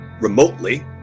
remotely